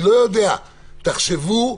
תחשבו.